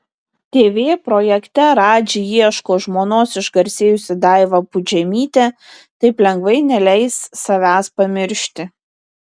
tv projekte radži ieško žmonos išgarsėjusi daiva pudžemytė taip lengvai neleis savęs pamiršti